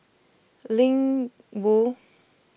Ling Wu